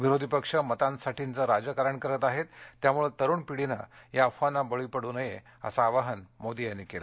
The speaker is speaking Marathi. विरोधी पक्ष मतांसाठीचे राजकारण करत आहेत त्यामुळे तरूण पिढीने या अफवांना बळी पडू नये असे आवाहनही मोदी यांनी केले